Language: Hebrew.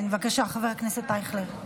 כן, בבקשה, חבר הכנסת אייכלר.